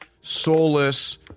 soulless